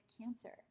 cancer